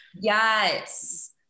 Yes